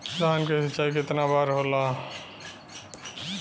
धान क सिंचाई कितना बार होला?